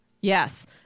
yes